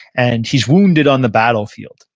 and he's wounded on the battlefield.